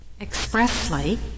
expressly